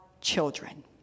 children